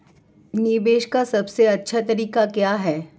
निवेश का सबसे अच्छा तरीका क्या है?